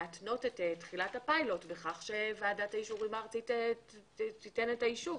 להתנות את תחילת הפילוט בכך שוועדת האישורים הארצית תיתן את האישור.